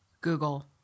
Google